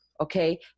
okay